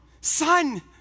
son